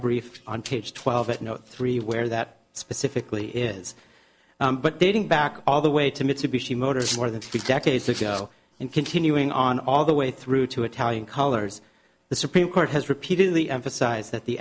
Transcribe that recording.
page twelve at no three where that specifically is but dating back all the way to mitsubishi motors more than six decades ago and continuing on all the way through to italian collars the supreme court has repeatedly emphasized that the